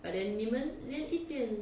but then 你们连一点